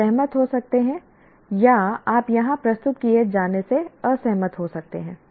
आप सहमत हो सकते हैं या आप यहां प्रस्तुत किए जाने से असहमत हो सकते हैं